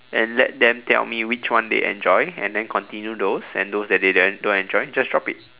and let them tell me which one they enjoy and then continue those and those that they don't enjoy just drop it